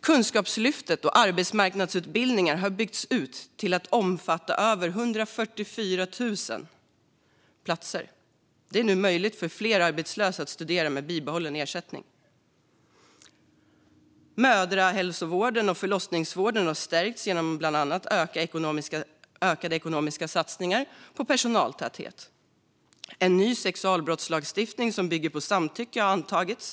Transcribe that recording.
Kunskapslyftet och arbetsmarknadsutbildningar har byggts ut till att omfatta över 144 000 platser. Det är nu möjligt för fler arbetslösa att studera med bibehållen ersättning. Mödrahälsovården och förlossningsvården har stärkts genom bland annat ökade ekonomiska satsningar på personaltäthet. En ny sexualbrottslagstiftning som bygger på samtycke har antagits.